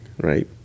right